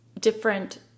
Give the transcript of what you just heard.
different